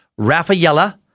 Raffaella